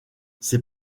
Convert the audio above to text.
ses